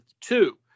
two